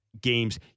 games